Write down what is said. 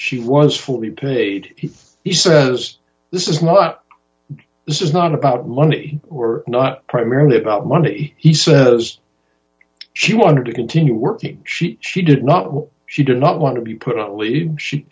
she was fully paid he says this is not this is not about money or not primarily about money he says she wanted to continue working she she did not want she did not want to be put out lead she